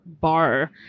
bar